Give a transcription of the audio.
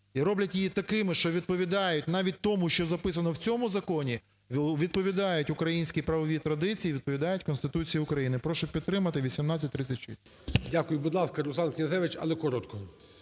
і роблять її такими, що відповідають навіть тому, що записано в цьому законі, відповідають українській правовій традиції, відповідають Конституції України. Прошу підтримати 1836. ГОЛОВУЮЧИЙ. Дякую. Будь ласка, Руслан Князевич, але коротко.